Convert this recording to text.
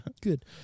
Good